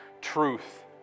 truth